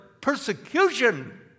persecution